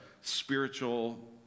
spiritual